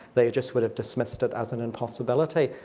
they just would have dismissed it as an impossibility.